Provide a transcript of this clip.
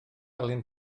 alun